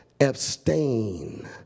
abstain